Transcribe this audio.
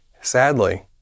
Sadly